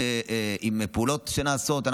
עם פעולות שנעשות.